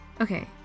Okay